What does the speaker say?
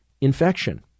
Infection